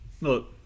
look